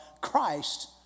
Christ